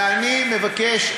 ואני מבקש,